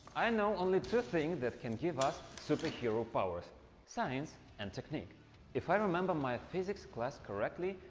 i know only two things, that can give us superhero powers science and technic if i remember my physics class correctly,